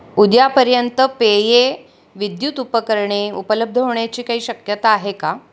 उद्यापर्यंत पेये विद्युत उपकरणे उपलब्ध होण्याची काही शक्यता आहे का